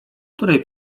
której